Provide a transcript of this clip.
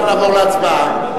אנחנו נעבור להצבעה.